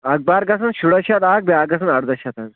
اخبار گَژھان شُراہ شیٚتھ اَکھ بیٛاکھ گَژھان اردہ شیٚتھ حظ